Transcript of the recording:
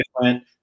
different